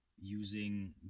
using